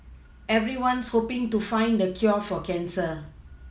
everyone's hoPing to find the cure for cancer